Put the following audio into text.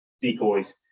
decoys